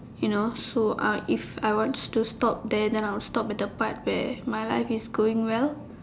you know so uh if I wants to stop there then I would stop at the part where my life is going well